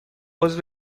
عضو